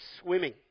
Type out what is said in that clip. swimming